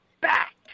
back